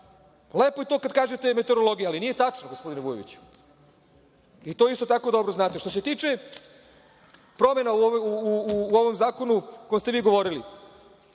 je to kada kažete meterologija, ali nije tačno gospodine Vujoviću, i to isto tako dobro znate. Što se tiče promena u ovom zakonu o kojem ste vi govorili.